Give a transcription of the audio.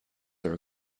are